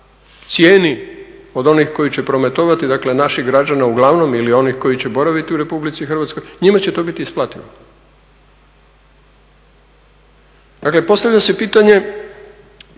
cijeni od onih koji će prometovati dakle naših građana uglavnom ili onih koji će boraviti u RH, njima će to biti isplativo. Dakle, postavlja se pitanje,